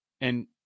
and-